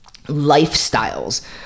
lifestyles